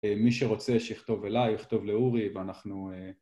מי שרוצה שיכתוב אליי, יכתוב לאורי ואנחנו...